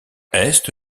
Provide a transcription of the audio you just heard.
est